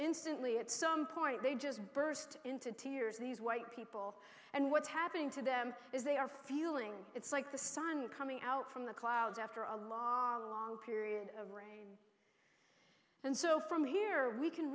instantly at some point they just burst into tears these white people and what's happening to them is they are feeling it's like the sun coming out from the clouds after a long long period of rain and so from here we can